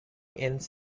ends